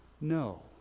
No